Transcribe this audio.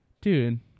Dude